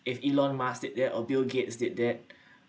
if elon musk did that or bill gates did that